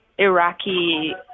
Iraqi